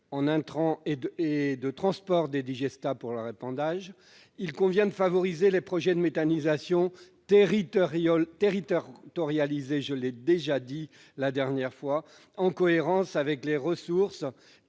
en intrants et de transport des digestats pour leur épandage : il convient de favoriser les projets de méthanisation territorialisés- je l'ai déjà dit -, en cohérence avec les ressources